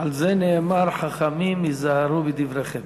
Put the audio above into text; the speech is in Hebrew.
על זה נאמר "חכמים, היזהרו בדבריכם".